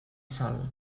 sol